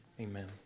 amen